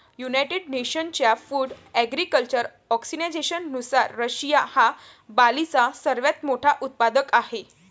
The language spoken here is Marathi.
युनायटेड नेशन्सच्या फूड ॲग्रीकल्चर ऑर्गनायझेशननुसार, रशिया हा बार्लीचा सर्वात मोठा उत्पादक आहे